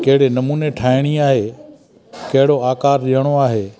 कहिड़े नमूने ठाहिणी आहे कहिड़ो आकारु ॾियणो आहे